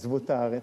עזבו את הארץ,